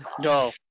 No